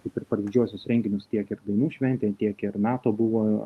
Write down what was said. kaip ir per didžiuosius renginius tiek ir dainų šventėj tiek ir nato buvo